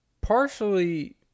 partially